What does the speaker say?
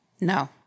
No